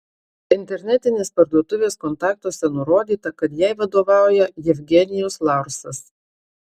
internetinės parduotuvės kontaktuose nurodyta kad jai vadovauja jevgenijus laursas